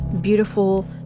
beautiful